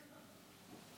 גם זה